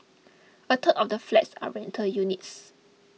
a third of the flats are rental units